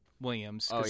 Williams